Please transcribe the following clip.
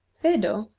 phedo,